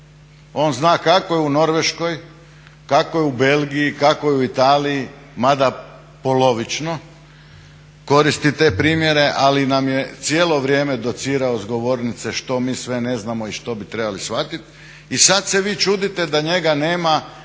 on zna kako je u Norveškoj, kako je u Belgiji, kako je u Italiji, mada polovično koristi te primjere, ali nam je cijelo vrijeme docirao s govornice što mi sve ne znamo i što bi trebali shvatiti. I sada se vi čudite da njega nema